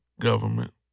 government